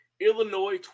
Illinois